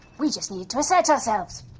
we just needed to assert ourselves.